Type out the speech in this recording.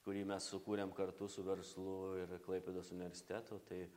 kurį mes sukūrėm kartu su verslu ir klaipėdos universitetu tai